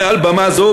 מעל במה זו,